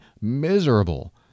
miserable